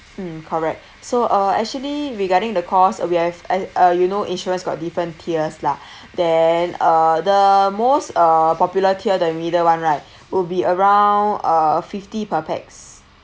mm correct so uh actually regarding the cost we have uh you know insurance got different tiers lah then uh the most uh popular tier the middle [one] right will be around uh fifty per pax